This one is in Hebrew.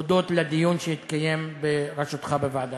הודות לדיון שהתקיים בראשותך בוועדה.